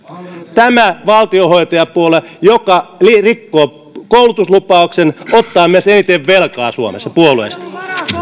tämä valtionhoitajapuolue joka rikkoo koulutuslupauksen ottaa myös suomessa puolueista